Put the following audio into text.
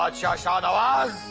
ah ah shahnawaz.